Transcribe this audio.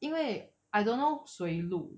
因为 I don't know 谁录